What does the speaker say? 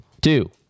two